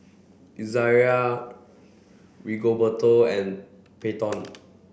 Izayah Rigoberto and Peyton